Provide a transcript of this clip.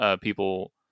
people